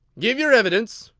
give your evidence,